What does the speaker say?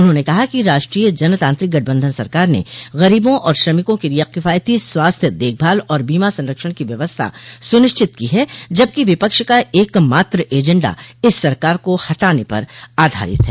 उन्होंने कहा कि राष्ट्रीय जनतांत्रिक गठबंधन सरकार ने गरीबों और श्रमिकों के लिए किफायती स्वास्थ्य देखभाल और बीमा संरक्षण की व्यवस्था सुनिश्चित की है जबकि विपक्ष का एकमात्र एजेंडा इस सरकार को हटाने पर आधारित है